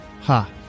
Ha